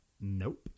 nope